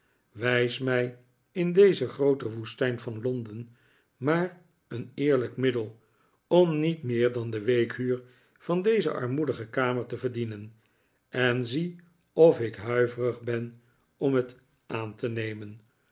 wijs mij in deze groote woestijn van londen maar een eerlijk middel om niet meer dan de weekhuur van deze armoedige kamer te verdienen en zie of ik huiverig ben om het aan te nemen